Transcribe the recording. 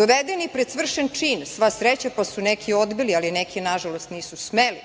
dovedeni pred svršen čin, sva sreća pa su neki odbili, ali neki nažalost nisu smeli,